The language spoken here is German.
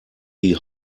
die